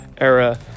era